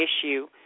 issue